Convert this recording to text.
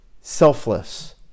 selfless